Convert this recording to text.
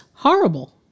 horrible